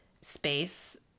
space